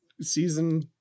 season